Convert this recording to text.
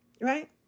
Right